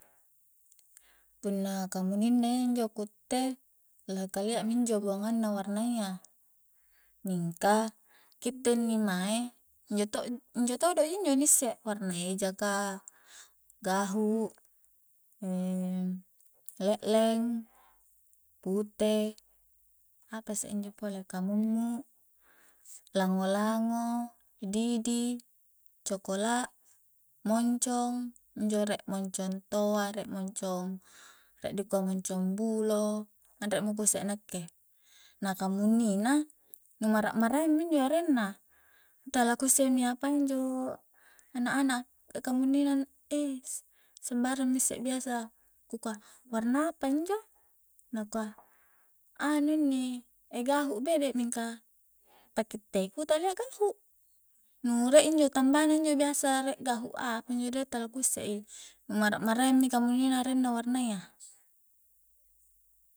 Punna kamunnina iyanjo ku utte lohe kalia minjo buangang na waranyya, mingka kitte inni mae injo to-injo todo ji injo ni isse warna eja ka, gahu' le'leng, pute, apasse injo pole kamummu, lango-lango, didi, cokola', moncong, injo rie moncong toa rie moncong rie dikua moncong bulo anre mo kusse nakke na kamunnina nu mara'maraeng minjo arenna tala ku isse mi apai injo ana'-ana' a kamunnina sembarang mi isse biasa ku kua warna apanjo nakua anu inni e gahu' bede mingka pakkite ku talia gahu' nu rie injo tambana injo biasa rie gahu' apa injo de tala ku isse i nu mara'maraeng kamunnina areng na warnayya